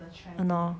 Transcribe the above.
!hannor!